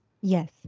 Yes